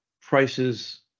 prices